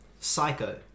Psycho